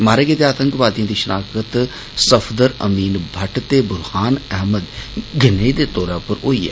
मारे गेदे आतंकवादियें दी शनाख्त सफदर अमीन भट्ट ते ब्टहान अहमद गनई दे तौर उप्पर होई ऐ